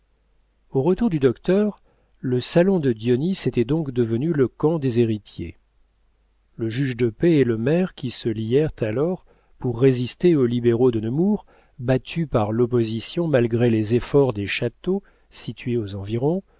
au retour du docteur le salon de dionis était donc devenu le camp des héritiers le juge de paix et le maire qui se lièrent alors pour résister aux libéraux de nemours battus par l'opposition malgré les efforts des châteaux situés aux environs